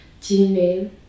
Gmail